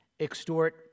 extort